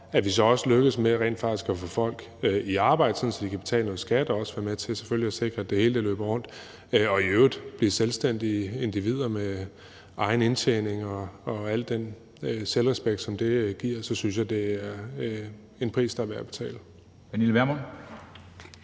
at vi så også lykkes med rent faktisk at få folk i arbejde, sådan at de også kan betale noget skat og selvfølgelig også være med til at sikre, at det hele løber rundt, og at de i øvrigt bliver selvstændige individer med egen indtjening og al den selvrespekt, som det giver, så er det en pris, der er værd at betale.